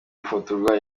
gufotorwa